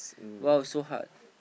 !wow! so hard